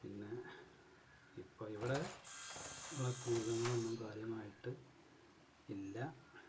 പിന്നെ ഇപ്പോൾ ഇവിടെ വളര്ത്തു മൃഗങ്ങളൊന്നും കാര്യമായിട്ട് ഇല്ല